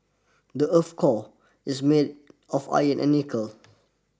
the earth's core is made of iron and nickel